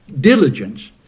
diligence